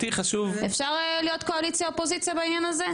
אפשר להיות קואליציה-אופוזיציה בעניין הזה?